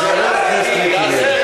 חבר הכנסת מיקי לוי.